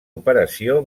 operació